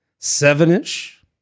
Seven-ish